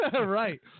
Right